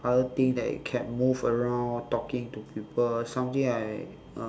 other thing that you can move around talking to people something like uh